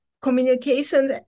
communication